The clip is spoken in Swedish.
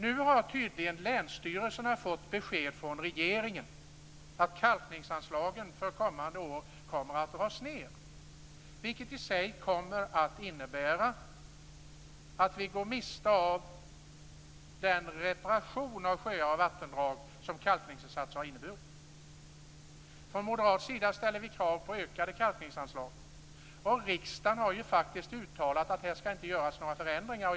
Nu har länsstyrelserna tydligen fått besked från regeringen om att kalkningsanslagen för kommande år kommer att dras ned, vilket i sig kommer att innebära att vi går miste om den reparation av sjöar och vattendrag som kalkningsinsatser har inneburit. Från moderat sida ställer vi krav på ökade kalkningsanslag. Riksdagen har ju uttalat att här inte skall göras några förändringar.